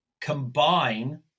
combine